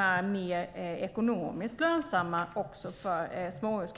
är ekonomiskt mer lönsamma också för småhus.